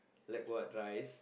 like what rice